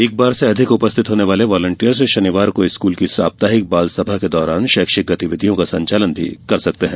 एक बार से अधिक उपस्थित होने वाले वॉलेंटियर्स शनिवार को स्कूल की साप्ताहिक बाल सभा के दौरान शैक्षिक गतिविधियों का संचालन कर सकते हैं